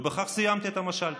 ובכך סיימתי את המשל.